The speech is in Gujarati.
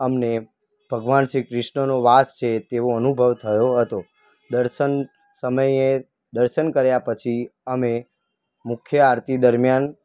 અમને ભગવાન શ્રી કૃષ્ણનો વાસ છે તેવો અનુભવ થયો હતો દર્શન સમયે દર્શન કર્યા પછી અમે મુખ્ય આરતી દરમિયાન